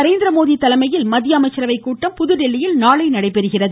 நரேந்திரமோடி தலைமையில் மத்திய அமைச்சரவை கூட்டம் புதுதில்லியில் நாளை நடைபெறுகிறது